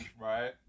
right